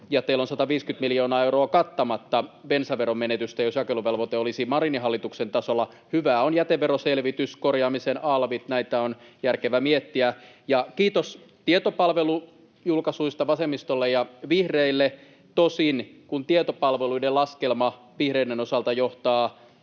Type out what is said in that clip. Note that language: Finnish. teillä on 150 miljoonaa euroa kattamatta bensaveron menetystä, jos jakeluvelvoite olisi Marinin hallituksen tasolla. Hyviä ovat jäteveroselvitys ja korjaamisen alvit — näitä on järkevä miettiä. Ja kiitos tietopalvelujulkaisuista vasemmistolle ja vihreille. Tosin tietopalveluiden laskelma vihreiden osalta johtaa